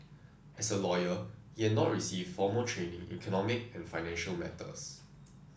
as a lawyer he had not received formal training in economic and financial matters